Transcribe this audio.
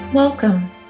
Welcome